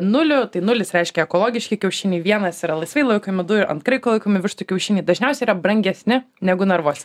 nuliu tai nulis reiškia ekologiški kiaušiniai vienas yra laisvai laikomi du ant kraiko laikomų vištų kiaušiniai dažniausiai yra brangesni negu narvuose